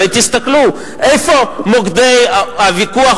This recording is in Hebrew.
הרי תסתכלו איפה מוקדי הוויכוח,